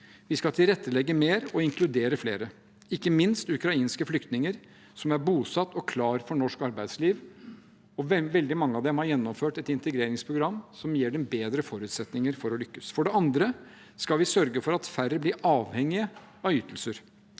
Vi skal tilrettelegge mer og inkludere flere, ikke minst ukrainske flyktninger som er bosatt og klar for norsk arbeidsliv. Veldig mange av dem har gjennomført et integreringsprogram, som gir dem bedre forutsetninger for å lykkes. For det andre skal vi sørge for at færre blir avhengige av ytelser.